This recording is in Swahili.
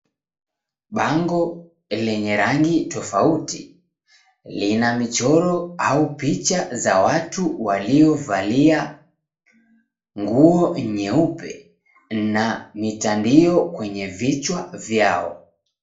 Bango lenye rangi tofauti lina michoro au picha za watu waliovalia nguo nyeupe na mitandio kwenye vichwa vyao.